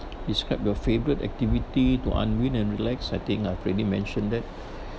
describe your favourite activity to unwind and relax I think I've already mentioned that